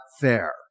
fair